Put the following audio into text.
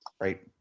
Right